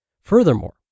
Furthermore